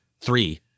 three